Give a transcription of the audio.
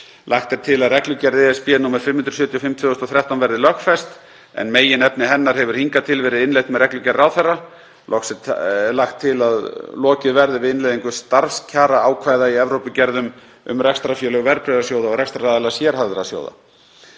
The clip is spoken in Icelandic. Lagt er til að reglugerð (ESB) nr. 575/2013 verði lögfest, en meginefni hennar hefur hingað til verið innleitt með reglugerð ráðherra. Loks er lagt til að lokið verði við innleiðingu starfskjaraákvæða í Evrópugerðum um rekstrarfélög verðbréfasjóða og rekstraraðila sérhæfðra sjóða.